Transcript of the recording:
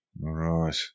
right